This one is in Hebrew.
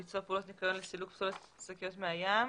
ביצוע פעולות ניקיון לסילוק פסולת שקיות מהים,